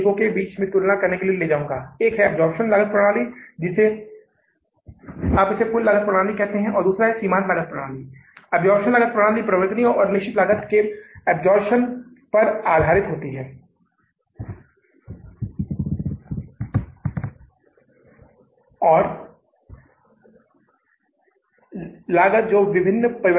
और हमें अब तैयार करना है हमें इन सभी को डेबिट पक्ष में भरना है डेबिट पक्ष सभी खर्चों और नुकसान को ध्यान में रखता है और क्रेडिट पक्ष सभी आय और लाभ को ध्यान में रखता है और फिर हम के अंतर को पता लगाने की कोशिश करते हैं